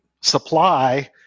supply